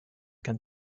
can